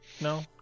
No